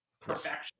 perfection